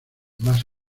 más